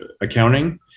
accounting